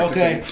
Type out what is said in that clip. Okay